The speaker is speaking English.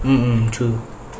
um true